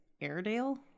Airedale